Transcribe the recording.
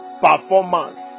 performance